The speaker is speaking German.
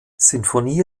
sinfonie